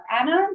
Anna